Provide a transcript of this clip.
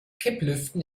kipplüften